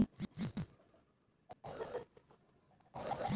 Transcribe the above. सोयाबीनचे उत्पादन खराब होण्याअगोदर ते किती वेळ गोदामात ठेवणे योग्य आहे?